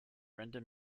render